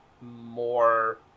more